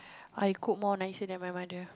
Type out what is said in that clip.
I cook more nicer than my mother